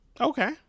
Okay